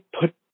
put